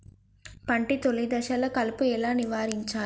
పంట తొలి దశలో కలుపు ఎలా నివారించాలి?